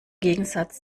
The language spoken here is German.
gegensatz